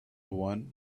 one